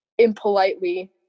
Impolitely